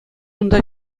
унта